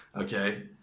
okay